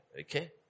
Okay